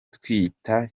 twita